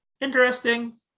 interesting